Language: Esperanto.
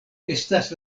estas